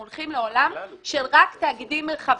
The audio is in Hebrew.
אנחנו הולכים לעולם של רק תאגידים מרחביים.